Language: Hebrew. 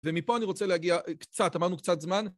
ומפה אני רוצה להגיע קצת, אמרנו קצת זמן.